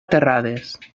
terrades